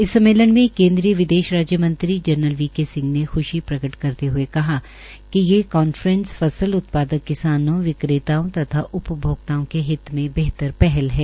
इस स्म्मेलन में केन्द्रीय विदेश राज्य मंत्री जरनल वी के सिंह ने खुशी प्रकट करते हए कहा कि ये कांफ्रेस फसल उत्पादक किसानों विक्रेताओं तथा उपभोक्ताओं के हित में बेहतर पहल है